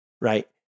right